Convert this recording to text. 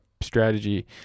strategy